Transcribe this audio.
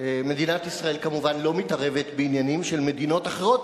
מדינת ישראל כמובן לא מתערבת בעניינים של מדינות אחרות,